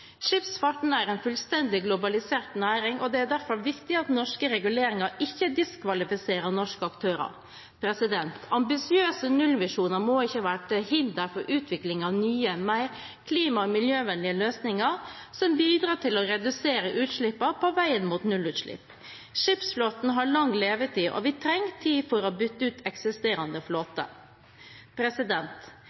Skipsfarten er en fullstendig globalisert næring, og det er derfor viktig at norske reguleringer ikke diskvalifiserer norske aktører. Ambisiøse nullvisjoner må ikke være til hinder for utvikling av nye, mer klima- og miljøvennlige løsninger som bidrar til å redusere utslippene på veien mot nullutslipp. Skipsflåten har lang levetid, og vi trenger tid for å bytte ut eksisterende flåte.